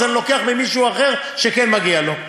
אני לוקח ממישהו אחר שכן מגיע לו,